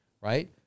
right